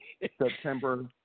September